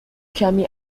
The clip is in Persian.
کمی